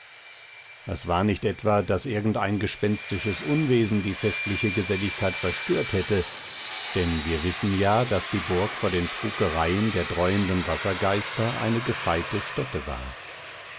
es war nicht etwa daß irgendein gespenstisches unwesen die festliche geselligkeit verstört hätte denn wir wissen ja daß die burg vor den spukereien der dräuenden wassergeister eine gefeite stätte war